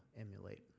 emulate